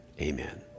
amen